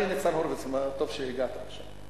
ניצן הורוביץ, טוב שהגעת עכשיו,